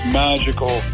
magical